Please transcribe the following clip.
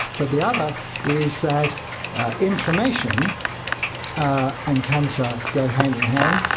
but the other is that inflammation and cancer go hand in hand.